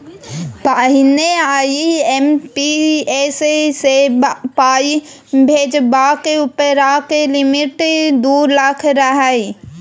पहिने आइ.एम.पी.एस सँ पाइ भेजबाक उपरका लिमिट दु लाख रहय